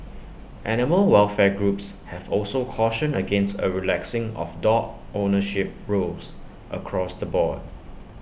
animal welfare groups have also cautioned against A relaxing of dog ownership rules across the board